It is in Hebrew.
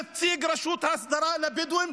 נציג רשות ההסדרה לבדואים,